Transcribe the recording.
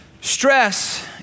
Stress